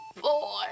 Boy